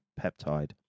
peptide